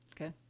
Okay